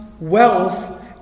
wealth